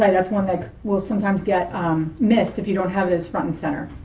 like that's one that will sometimes get missed, if you don't have this front and center.